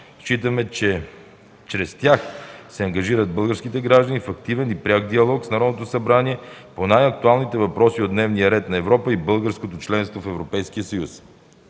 Считаме, че чрез тях се ангажират българските граждани в активен и пряк диалог с Народното събрание по най-актуалните въпроси от дневния ред на Европа и българското членство в Европейския съюз.